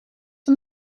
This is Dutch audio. van